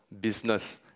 business